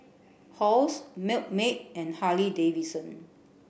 Halls Milkmaid and Harley Davidson